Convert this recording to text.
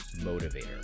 motivator